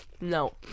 no